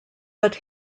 but